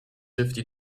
fifty